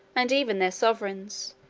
and even their sovereigns,